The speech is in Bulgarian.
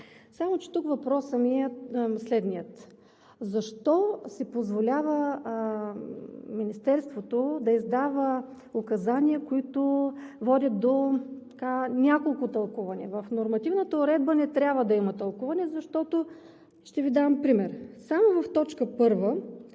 Само че тук въпросът ми е следният: защо се позволява Министерството да издава указания, които водят до няколко тълкувания? В нормативната уредба не трябва да има тълкуване. Ще Ви дам пример – само в т. 1,